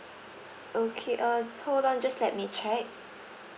okay uh hold on just let me check